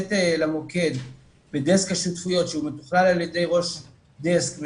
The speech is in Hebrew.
שנעשית למוקד בדסק השותפויות שמתופעל על ידי ראש דסק,